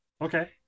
Okay